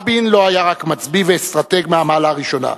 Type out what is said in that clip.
רבין לא היה רק מצביא ואסטרטג מהמעלה הראשונה.